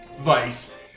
vice